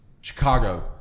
Chicago